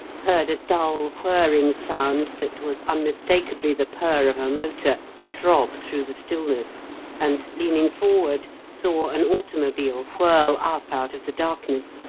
heard a dull, whirring sound that was unmistakably the purr of a motor throb through the stillness and, leaning forward, saw an automobile whirl up out of the darkness,